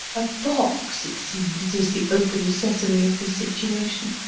a box, it seems, is the open, sesame of the situation.